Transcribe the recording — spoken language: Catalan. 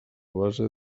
base